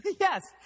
Yes